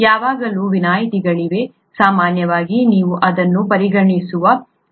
ಯಾವಾಗಲೂ ವಿನಾಯಿತಿಗಳಿವೆ ಸಾಮಾನ್ಯವಾಗಿ ನೀವು ಇದನ್ನು ಪರಿಗಣಿಸಬಹುದು